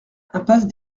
impasse